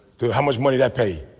good how much money that pay